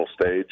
stage